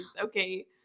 Okay